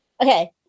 Okay